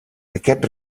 aquest